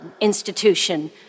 institution